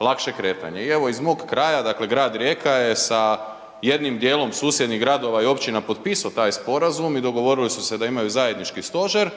lakše kretanje. I evo iz mog kraja grad Rijeka je sa jednim dijelom susjednih gradova i općina potpisao taj sporazum i dogovorili su se da imaju zajednički stožer